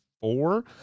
four